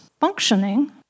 functioning